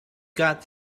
got